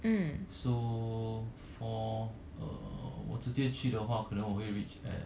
so four uh 我直接去的话可能我会 reach at